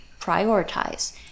prioritize